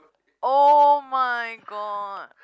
[oh]-my-god